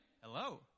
Hello